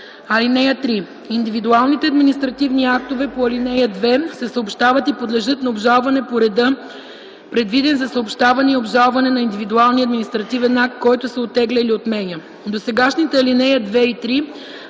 страни. (3) Индивидуалните административни актове по ал. 2 се съобщават и подлежат на обжалване по реда, предвиден за съобщаване и обжалване на индивидуалния административен акт, който се оттегля или отменя.”